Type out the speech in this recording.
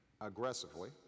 aggressively